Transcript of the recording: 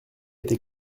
été